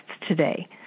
today